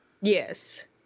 Yes